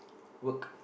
work